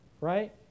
right